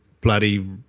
bloody